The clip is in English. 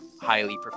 highly